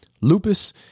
lupus